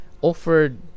offered